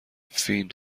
فین